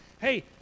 Hey